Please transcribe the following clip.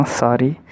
sorry